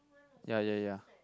ya ya ya